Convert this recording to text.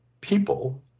people